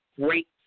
Great